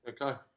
Okay